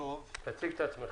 תציג את עצמך.